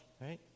right